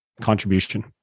Contribution